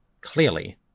Clearly